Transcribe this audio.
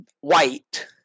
white